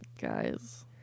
Guys